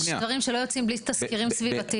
יש דברים שלא יוצאים ולא מתקדמים בלי תזכירים סביבתיים.